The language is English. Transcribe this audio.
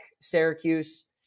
Syracuse